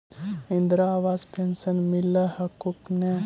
इन्द्रा आवास पेन्शन मिल हको ने?